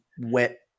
wet